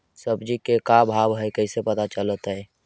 सब्जी के का भाव है कैसे पता चलतै?